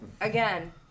Again